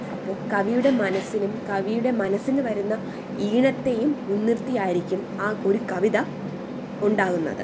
അപ്പോൾ കവിയുടെ മനസ്സിനും കവിയുടെ മനസ്സിന് വരുന്ന ഈണത്തെയും മുൻനിർത്തി ആയിരിക്കും ആ ഒരു കവിത ഉണ്ടാകുന്നത്